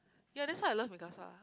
ya that why I love mi casa